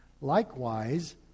Likewise